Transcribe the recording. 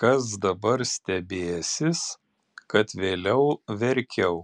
kas dabar stebėsis kad vėliau verkiau